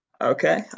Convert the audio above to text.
Okay